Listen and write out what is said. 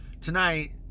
Tonight